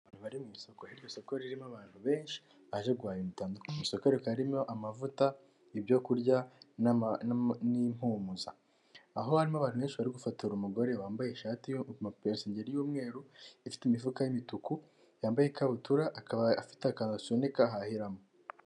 Abantu bari mu isoko, aho iryo soko ririmo abantu benshi baje guhaha ibintu bitandukanye, isoko rikaba ririmo amavuta, ibyokurya ndetse n'impumuza, aho harimo abantu benshi bari gufotora umugore wambaye isengeri y'umweru ifite imifuka y'imituku, yambaye ikabutura akaba afite akantu asunika ahahiramo.